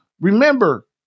Remember